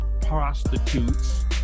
prostitutes